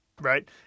right